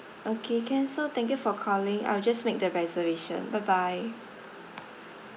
okay can so thank you for calling I'll just make the reservation bye bye